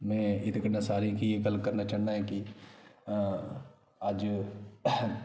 में एहदे कन्नै सारें गी एह् गल्ल करना चाहन्नां ऐ कि आं अज्ज